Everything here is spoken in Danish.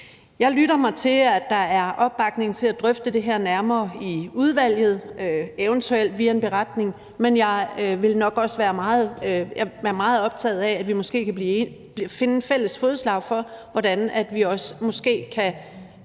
Jeg lytter mig til, at der er opbakning til at drøfte det her nærmere i udvalget, eventuelt via en beretning, men jeg vil nok også være meget optaget af, at vi måske kan finde fælles fodslag for, hvordan vi også måske kan